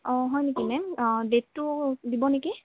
অঁ হয় নেকি মেম ডেটটো দিব নেকি